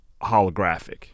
holographic